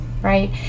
right